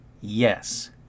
Yes